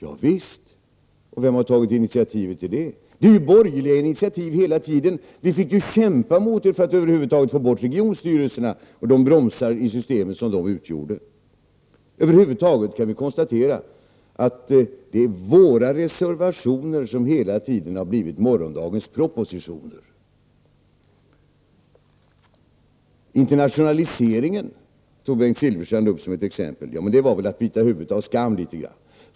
Ja visst, och vem har tagit initiativ till de åtgärderna? Jo, de är alla borgerliga initiativ. Vi fick kämpa mot er för att över huvud taget få bort regionstyrelserna, som utgjorde bromsar i systemet. Över huvud taget kan konstateras att det är våra reservationer som hela tiden har blivit morgondagens propositioner. Bengt Silfverstrand tog internationaliseringen som ett exempel. Det var väl att bita huvudet av skammen.